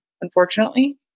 unfortunately